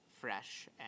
fresh